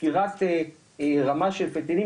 לסקירת רמה של פנטניל,